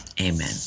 Amen